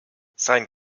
sein